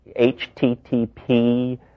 HTTP